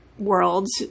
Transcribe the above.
worlds